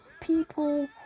people